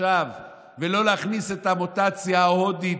עכשיו ולא להכניס את המוטציה ההודית